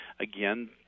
again